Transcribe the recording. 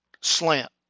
slant